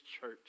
church